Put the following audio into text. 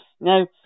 Now